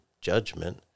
judgment